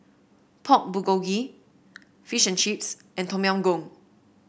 Pork Bulgogi Fish and Chips and Tom Yam Goong